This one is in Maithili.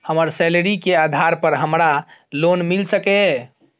हमर सैलरी के आधार पर हमरा लोन मिल सके ये?